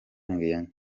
iyanya